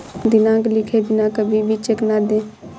दिनांक लिखे बिना कभी भी चेक न दें